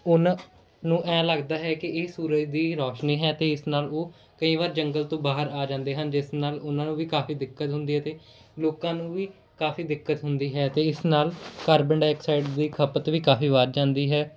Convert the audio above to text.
ਉਹਨਾਂ ਨੂੰ ਐਂ ਲੱਗਦਾ ਹੈ ਕਿ ਇਹ ਸੂਰਜ ਦੀ ਰੋਸ਼ਨੀ ਹੈ ਅਤੇ ਇਸ ਨਾਲ ਉਹ ਕਈ ਵਾਰ ਜੰਗਲ ਤੋਂ ਬਾਹਰ ਆ ਜਾਂਦੇ ਹਨ ਜਿਸ ਨਾਲ ਉਹਨਾਂ ਨੂੰ ਵੀ ਕਾਫੀ ਦਿੱਕਤ ਹੁੰਦੀ ਹੈ ਅਤੇ ਲੋਕਾਂ ਨੂੰ ਵੀ ਕਾਫੀ ਦਿੱਕਤ ਹੁੰਦੀ ਹੈ ਅਤੇ ਇਸ ਨਾਲ ਕਾਰਬਨ ਡਾਈਆਕਸਾਈਡ ਦੀ ਖਪਤ ਵੀ ਕਾਫੀ ਵੱਧ ਜਾਂਦੀ ਹੈ